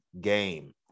game